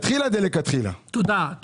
תודה.